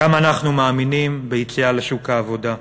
גם אנחנו מאמינים ביציאה לשוק העבודה,